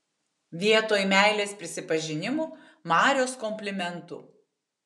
vietoj meilės prisipažinimų marios komplimentų